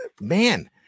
man –